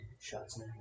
shots